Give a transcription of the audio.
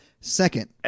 Second